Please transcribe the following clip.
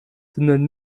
sondern